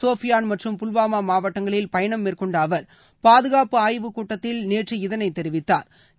சோபியான் மற்றும் புல்வாமா இரட்டை மாவட்டங்களில் பயணம் மேற்கொண்ட அவர் பாதுகாப்பு ஆய்வுக் கூட்டத்தில் நேற்று இதை தெரிவித்தாா்